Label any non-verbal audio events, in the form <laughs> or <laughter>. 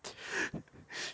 <laughs>